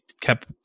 kept